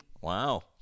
Wow